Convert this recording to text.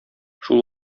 шул